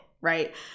right